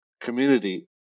Community